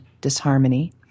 disharmony